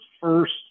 first